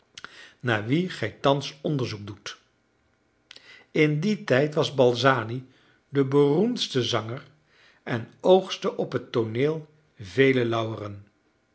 naar wien gij thans onderzoek doet in dien tijd was balzani de beroemdste zanger en oogstte op het tooneel vele lauweren